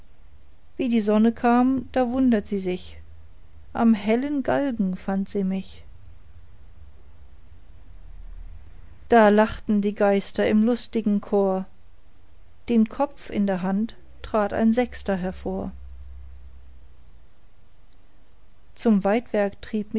wie die sonne kam da wundert sie sich am hellen galgen fand sie mich da lachten die geister im lustigen chor den kopf in der hand trat ein sechster hervor zum weidwerk trieb